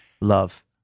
Love